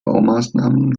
baumaßnahmen